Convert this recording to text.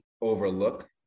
overlook